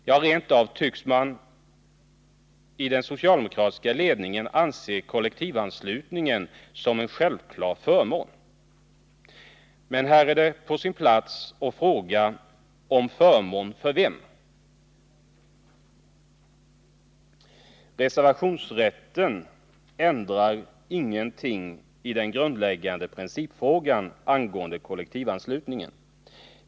Ja, man tycks rent av i den socialdemokratiska ledningen anse kollektivanslutningen som en självklar förmån. Men här är det på sin plats att fråga: förmån för vem? Reservationsrätten ändrar ingenting i den grundläggande principfrågan angående kollektivanslutningen.